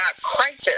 crisis